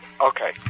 okay